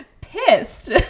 pissed